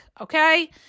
Okay